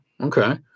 Okay